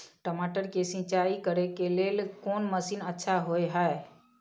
टमाटर के सिंचाई करे के लेल कोन मसीन अच्छा होय है